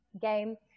game